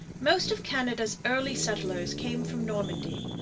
most of canada's early settlers came from normandy,